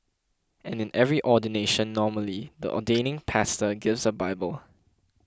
and in every ordination normally the ordaining pastor gives a bible